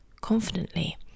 confidently